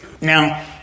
Now